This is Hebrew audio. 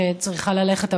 שצריכה ללכת הביתה,